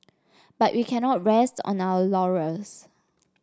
but we cannot rest on our laurels